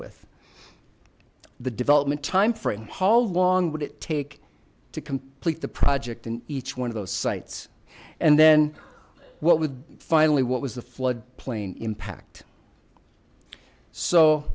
with the development time frame haul long would it take to complete the project in each one of those sites and then what would finally what was the floodplain impact so